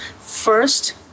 first